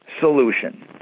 solution